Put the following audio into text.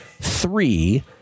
three